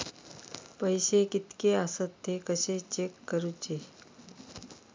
पैसे कीतके आसत ते कशे चेक करूचे?